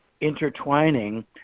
intertwining